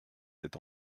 s’est